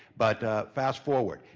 but ah fast forward.